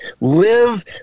live